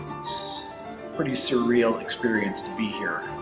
it's pretty surreal experience to be here